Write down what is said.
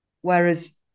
Whereas